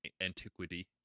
antiquity